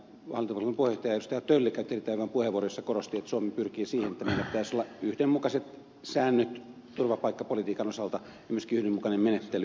tölli käytti erittäin hyvän puheenvuoron jossa korosti että suomi pyrkii siihen että meillä pitäisi olla yhdenmukaiset säännöt turvapaikkapolitiikan osalta ja myöskin yhdenmukainen menettely